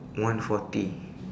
one forty